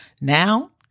Now